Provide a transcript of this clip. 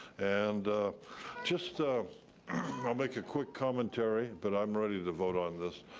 and just, ah i'll make a quick commentary, but i'm ready to vote on this.